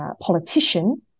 politician